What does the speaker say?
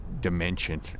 dimension